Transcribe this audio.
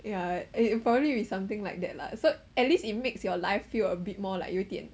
yeah and it'll probably be something like that lah so at least it makes your life feel a bit more like 有点